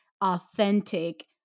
authentic